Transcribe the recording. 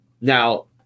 now